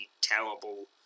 terrible